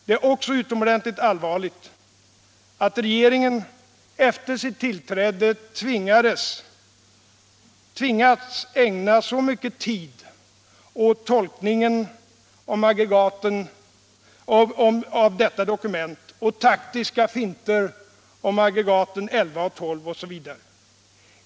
Det är också utomordentligt allvarligt, att regeringen efter sitt tillträde tvingats ägna så mycket tid åt tolkningen av detta dokument, åt taktiska finter om aggregaten 11 och 12 osv.